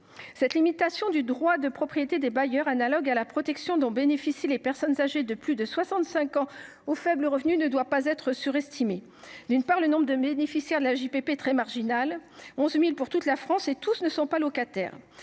Cette limitation du droit de propriété des bailleurs, analogue à la protection dont bénéficient les personnes âgées de plus de 65 ans aux faibles revenus, ne doit pas être surestimée. D’une part, le nombre de bénéficiaires de l’AJPP est très limité : on en compte 11 000 pour toute la France et tous ne sont pas locataires.